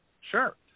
Sure